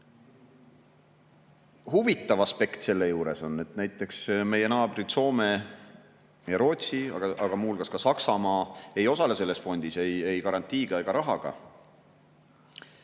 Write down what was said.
Huvitav aspekt selle juures on, et näiteks meie naabrid Soome ja Rootsi, aga ka Saksamaa ei osale selles fondis ei garantii ega rahaga.